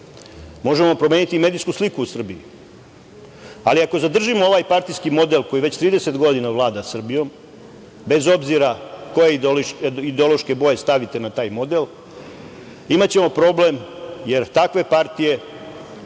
možemo promeniti medijsku sliku o Srbiji, ali ako zadržimo ovaj partijski model koji već 30 godina vlada Srbijom, bez obzira koje ideološke boje stavite na taj model, imaćemo problem, jer takve partije,